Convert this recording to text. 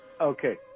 Okay